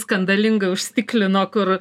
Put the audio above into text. skandalingai užstiklino kur